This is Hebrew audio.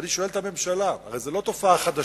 ואני שואל את הממשלה: הרי זו לא תופעה חדשה,